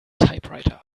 typewriter